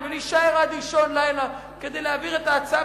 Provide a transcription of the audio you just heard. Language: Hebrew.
ולהישאר עד אישון לילה כדי להעביר את ההצעה,